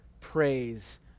praise